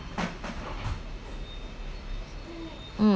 mm